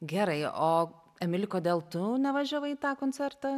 gerai o emili kodėl tu nevažiavai į tą koncertą